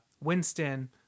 Winston